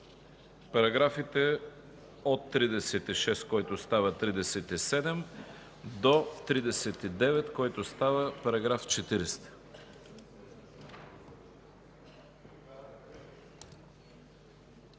параграфите от 34, който става 35, до 39, който става 40.